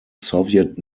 soviet